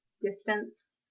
distance